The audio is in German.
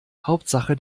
hauptsache